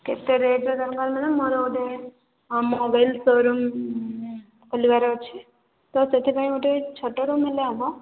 କେତେ ରେଟ୍ରେ ମୋର ଗୋଟେ ମୋବାଇଲ୍ ସୋରୁମ୍ ଖୋଲିବାର ଅଛି ତ ସେଥିପାଇଁ ଗୋଟେ ଛୋଟ ରୁମ୍ ହେଲେ ହେବ